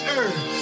earth